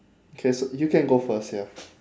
okay s~ you can go first ya